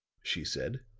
she said.